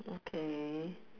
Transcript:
okay